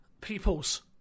peoples